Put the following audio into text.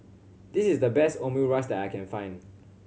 this is the best Omurice that I can find